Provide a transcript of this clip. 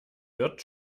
wird